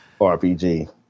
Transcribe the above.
RPG